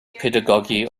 pedagogy